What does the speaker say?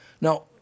Now